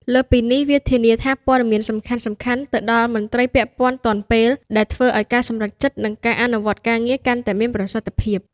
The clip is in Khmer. លើសពីនេះ វា ធានាថាព័ត៌មានសំខាន់ៗទៅដល់មន្ត្រីពាក់ព័ន្ធទាន់ពេល ដែលធ្វើឱ្យការសម្រេចចិត្ត និងការអនុវត្តការងារកាន់តែមានប្រសិទ្ធភាព។